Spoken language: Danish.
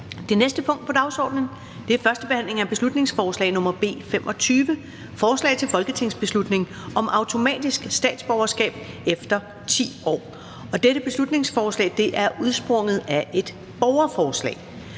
Det næste punkt på dagsordenen er: 10) 1. behandling af beslutningsforslag nr. B 25: Forslag til folketingsbeslutning om automatisk statsborgerskab efter 10 år (borgerforslag). Af Flemming Møller Mortensen